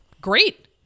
Great